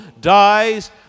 dies